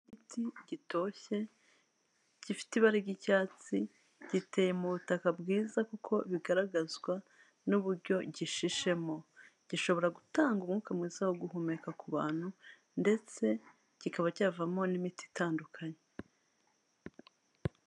Igiti gitoshye gifite ibara ry'icyatsi giteye mu butaka bwiza kuko bigaragazwa n'uburyo gishishemo, gishobora gutanga umwuka mwiza wo guhumeka ku bantu ndetse kikaba cyavamo n'imiti itandukanye.